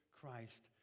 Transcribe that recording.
Christ